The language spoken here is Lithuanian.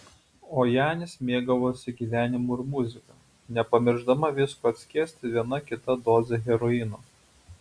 o janis mėgavosi gyvenimu ir muzika nepamiršdama visko atskiesti viena kita doze heroino